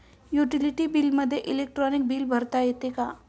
Utility बिलामध्ये electronic bill भरता येते का?